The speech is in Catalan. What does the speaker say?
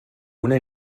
una